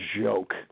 joke